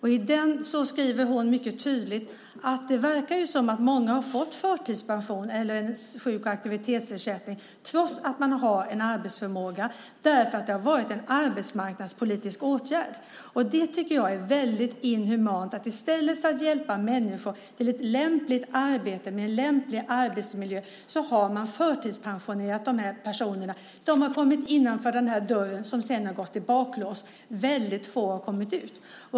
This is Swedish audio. I den skriver hon mycket tydligt att många verkar ha fått sjuk och aktivitetsersättning, trots att de har en arbetsförmåga, därför att det har varit en arbetsmarknadspolitisk åtgärd. Jag tycker att det är väldigt inhumant att man i stället för att hjälpa människor till ett lämpligt arbete med en lämplig arbetsmiljö har förtidspensionerat de här personerna. De har kommit innanför den här dörren som sedan har gått i baklås. Väldigt få har kommit ut.